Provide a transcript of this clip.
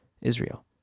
Israel